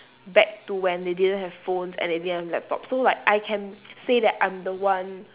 back to when they didn't have phones and they didn't have laptop so like I can say that I'm the one